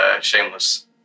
shameless